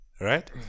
Right